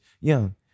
Young